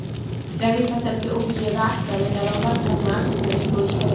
रबी फसल केँ उपजेबाक समय नबंबर सँ मार्च धरि होइ छै